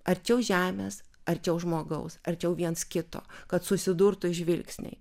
arčiau žemės arčiau žmogaus arčiau viens kito kad susidurtų žvilgsniai